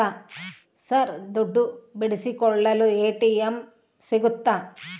Sir ದುಡ್ಡು ಬಿಡಿಸಿಕೊಳ್ಳಲು ATM ಸಿಗುತ್ತಾ?